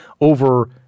over